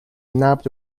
nabbed